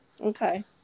Okay